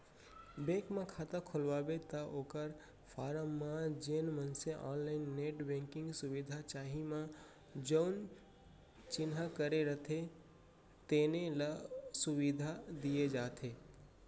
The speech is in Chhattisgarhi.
बेंक म खाता खोलवाबे त ओकर फारम म जेन मनसे ऑनलाईन नेट बेंकिंग सुबिधा चाही म जउन चिन्हा करे रथें तेने ल सुबिधा दिये जाथे